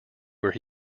where